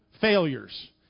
failures